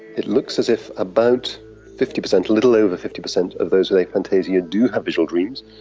it looks as if about fifty percent, a little over fifty percent of those with aphantasia do have visual dreams,